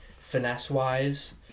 finesse-wise